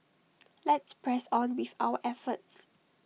let's press on with our efforts